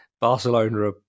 Barcelona